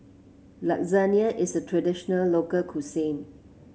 Lasagne is a traditional local cuisine